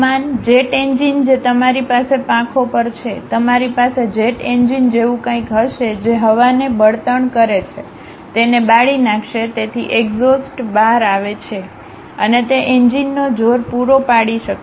વિમાન jet engine જે તમારી પાસે પાંખો પર છે તમારી પાસે જેટ એન્જીન જેવું કંઇક હશે જે હવાને બળતણ કરે છે તેને બાળી નાખશે જેથી એક્ઝોસ્ટ બહાર આવે અને તે એન્જિનનો જોર પૂરો પાડી શકે